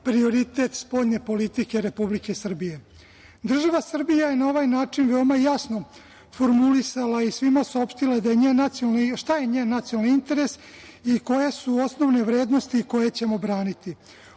prioritet spoljne politike Republike Srbije. Država Srbija je na ovaj način veoma jasno formulisala i svima saopštila šta je njen nacionalni interes i koje su osnovne vrednosti koje ćemo braniti. Ono